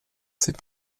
ses